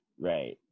Right